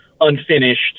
unfinished